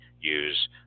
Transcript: use